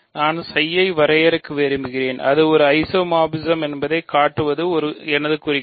நான் ψ ஐ வரையறுக்க விரும்புகிறேன் அது ஒரு ஐசோமார்பிசம் என்பதைக் காட்டுவது எனது குறிக்கோள்